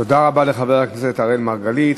תודה רבה לחבר הכנסת אראל מרגלית.